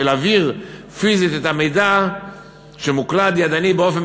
ולהעביר פיזית את המידע שמוקלד ידנית באופן